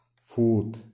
food